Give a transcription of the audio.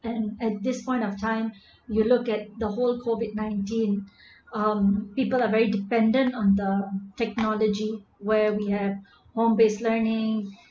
and at this point of time you look at the whole COVID nineteen um people are very dependent on the technology where we have home based learning